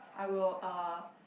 I will uh